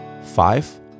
five